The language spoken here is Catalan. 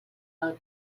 del